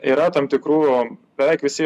yra tam tikrų beveik visi